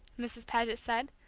mrs. paget said,